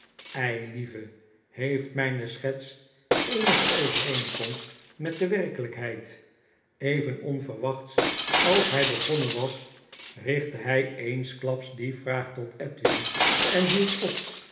eilieve heeft mijne schets eenige overeenkomst met de werkelykheid even onverwacht als hy begonnen was richtte hy eensklaps die vraag tot edwin en bield op